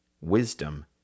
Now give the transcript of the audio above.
wisdom